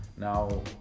Now